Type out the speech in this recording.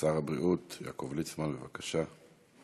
שר הבריאות יעקב ליצמן, בבקשה.